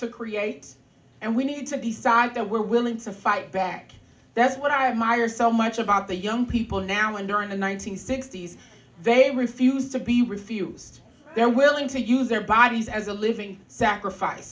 to create and we need to decide that we're willing to fight back that's what i admire so much about the young people now and during the one nine hundred sixty s they refuse to be refuse they're willing to use their bodies as a living sacrifice